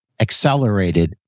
accelerated